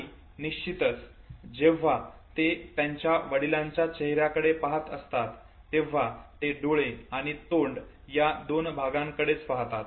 आणि निश्चितच जेव्हा ते त्यांच्या वडिलांच्या चेहऱ्याकडे पाहात असतात तेव्हा ते डोळे आणि तोंड या दोन भागांकडेच पाहतात